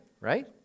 right